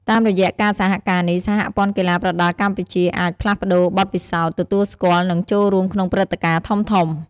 តាមរយៈការសហការនេះ សហព័ន្ធកីឡាប្រដាល់កម្ពុជាអាច ផ្លាស់ប្ដូរបទពិសោធន៍ ទទួលស្គាល់ និងចូលរួមក្នុងព្រឹត្តិការណ៍ធំៗ។